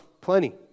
plenty